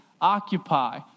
occupy